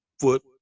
foot